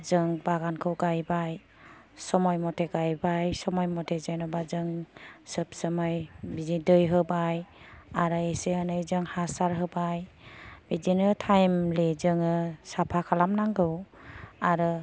जों बागानखौ गायबाय समाय मथे गायबाय समाय मथे जेन'बा जों सब समाय बिदि दै होबाय आरो एसे एनै जों हासार होबाय बिदिनो टाइमलि जोङो साफा खालामनांगौ आरो